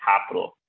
capital